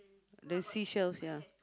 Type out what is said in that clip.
there's seashells yeah